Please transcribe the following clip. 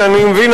שאני מבין,